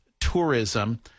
tourism